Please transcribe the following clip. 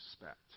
respect